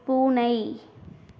பூனை